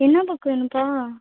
என்ன புக்கு வேணும்ப்பா